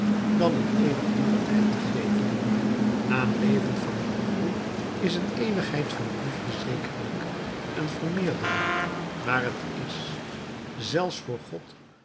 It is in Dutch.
dan het eeuwigdurendheid te geven na een leven van liefde is een eeuwigheid van liefde zekerlijk een vermeerdering maar t is zelfs voor god